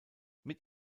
mit